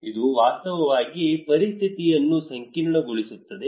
ಇದು ವಾಸ್ತವವಾಗಿ ಪರಿಸ್ಥಿತಿಯನ್ನು ಸಂಕೀರ್ಣಗೊಳಿಸುತ್ತದೆ